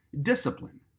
discipline